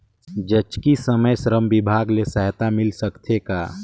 जचकी समय श्रम विभाग ले सहायता मिल सकथे का?